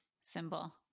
symbol